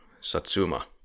Satsuma